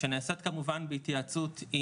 שנעשית כמובן בהתייעצות עם..